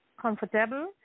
comfortable